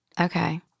Okay